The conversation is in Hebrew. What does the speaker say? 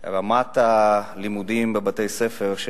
שרמת הלימודים בבתי-הספר,